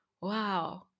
wow